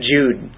Jude